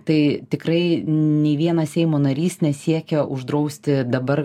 tai tikrai nei vienas seimo narys nesiekia uždrausti dabar